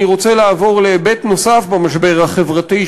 אני רוצה לעבור להיבט נוסף במשבר החברתי,